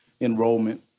enrollment